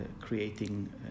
creating